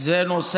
זה לא הנושא